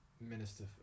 minister